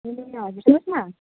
ए हजुर सुन्नुहोस् न